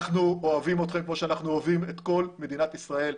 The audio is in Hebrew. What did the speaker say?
אנחנו אוהבים אתכם כמו שאנחנו אוהבים את כל מדינת ישראל.